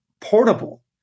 portable